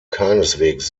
keineswegs